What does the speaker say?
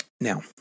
Now